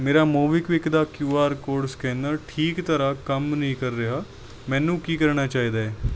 ਮੇਰਾ ਮੋਬੀਕਵਿਕ ਦਾ Q R code scanner ਠੀਕ ਤਰ੍ਹਾਂ ਕੰਮ ਨਹੀਂ ਕਰ ਰਿਹਾ ਮੈਨੂੰ ਕੀ ਕਰਨਾ ਚਾਹੀਦਾ ਹੈ